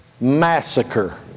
massacre